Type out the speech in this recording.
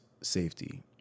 safety